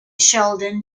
sheldon